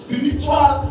Spiritual